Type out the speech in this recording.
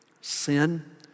sin